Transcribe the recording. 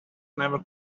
never